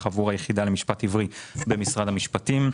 עבור היחידה למשפט עברי במשרד המשפטים,